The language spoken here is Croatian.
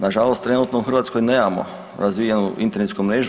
Nažalost trenutno u Hrvatskoj nemamo razvijenu internetsku mrežu.